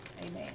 Amen